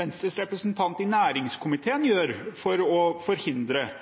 Venstres representant i næringskomiteen gjøre for å forhindre